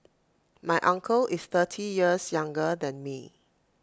my uncle is thirty years younger than me